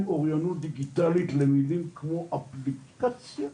אוריינות דיגיטלית לדברים כמו אפליקציות,